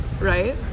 right